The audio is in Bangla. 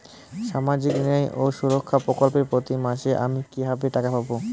সামাজিক ন্যায় ও সুরক্ষা প্রকল্পে প্রতি মাসে আমি কিভাবে টাকা পাবো?